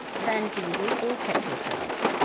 than diesel or petrol cars.